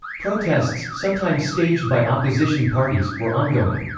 protests, sometimes staged by opposition parties, were ongoing.